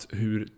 hur